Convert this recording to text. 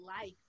life